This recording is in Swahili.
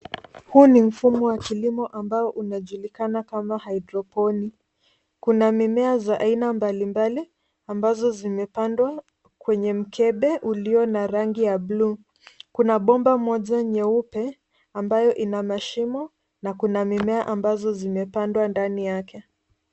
Huu ni mfumo wa kilimo ambao unajulikana kama haidroponiki. Kuna mimea za aina mbalimbali ambazo zimepandwa kwenye mkebe ulio na rangi ya bluu. Kuna bomba moja nyeupe ambayo ina mashimo na kuna mimea ambazo zimepandwa ndani yake.